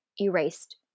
erased